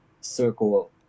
circle